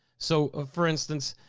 so, ah for instance,